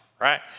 right